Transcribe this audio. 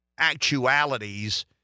Actualities